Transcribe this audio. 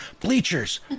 bleachers